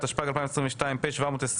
התשפ"ג 2022 (פ/720/25),